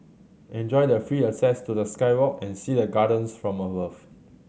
enjoy the free access to the sky walk and see the gardens from above